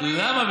למה?